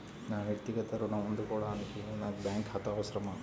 నా వక్తిగత ఋణం అందుకోడానికి నాకు బ్యాంక్ ఖాతా అవసరమా?